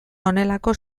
honelako